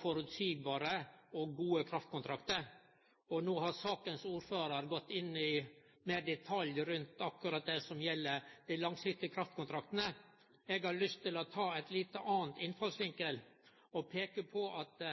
føreseielege og gode kraftkontraktar. No har sakas ordførar gått inn i detaljane rundt akkurat det som gjeld desse kraftkontraktane. Eg har lyst til å ta ein litt annan innfallsvinkel og vil peike på at